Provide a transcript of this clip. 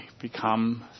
become